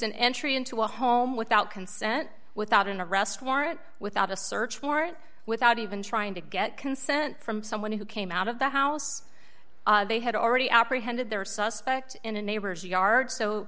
an entry into a home without consent without an arrest warrant without a search warrant without even trying to get consent from someone who came out of the house they had already apprehended their suspect in a neighbor's yard so